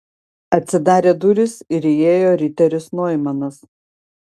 atsidarė durys ir įėjo riteris noimanas